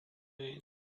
again